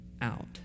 out